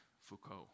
Foucault